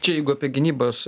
čia jeigu apie gynybos